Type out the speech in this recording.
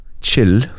chill